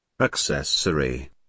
accessory